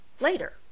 later